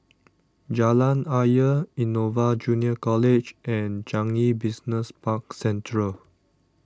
Jalan Ayer Innova Junior College and Changi Business Park Central